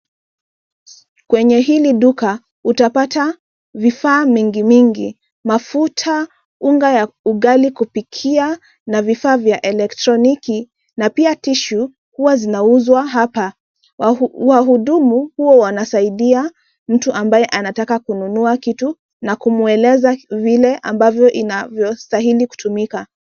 Kwenye hili duka utapata vifaa mingi mingi, mafuta, unga ya ugali kupikia, na vifaa vya elektroniki na pia tissue huwa zinauzwa hapa. Wahudumu huwa wanasaidia mtu ambaye anataka kununua kitu na kumweleza vile ambavyo inavyostahili kutumika.